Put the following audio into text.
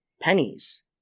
pennies